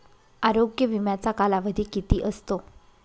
आरोग्य विम्याचा कालावधी किती असतो?